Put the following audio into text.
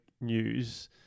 news